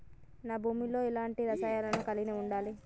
నా భూమి లో ఎలాంటి రసాయనాలను కలిగి ఉండాలి?